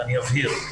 אני אבהיר,